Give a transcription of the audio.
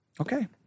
Okay